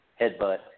headbutt